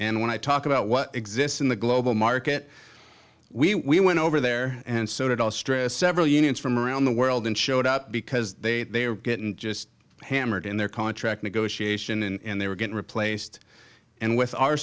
and when i talk about what exists in the global market we went over there and so did australia several unions from around the world and showed up because they they were getting just hammered in their contract negotiation and they were get replaced and with our